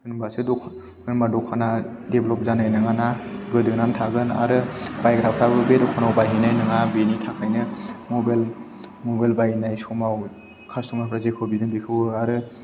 होनबासो दखा होनबा दखाना देबलाब जानाय नङाना गोदोनानै थागोन आरो बायग्राफ्राबो बे दखानाव बायहैनाय नङा बेनि थाखायनो मबाइल मबाइल बायनाय समाव कास्टमारफ्रा जेखौ बिदों बिखौ आरो